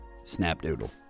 Snapdoodle